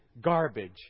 garbage